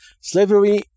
Slavery